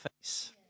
face